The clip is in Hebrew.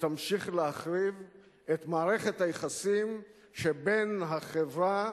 ותמשיך להחריב את מערכת היחסים שבין החברה